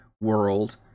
world